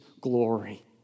glory